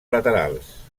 laterals